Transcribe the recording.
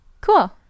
Cool